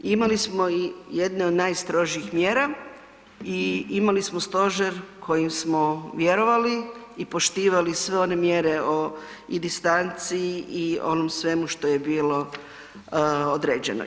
Imali smo i jedne od najstrožih mjera i imali smo Stožer kojem smo vjerovali i poštivali sve one mjere o i distanci i onom svemu što je bilo određeno.